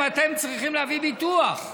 אתם צריכים להביא ביטוח.